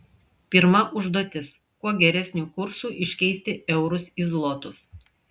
pirma užduotis kuo geresniu kursu iškeisti eurus į zlotus